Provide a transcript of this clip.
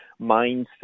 mindset